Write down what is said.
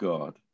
God